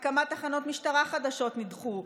הקמת תחנות משטרה חדשות נדחתה,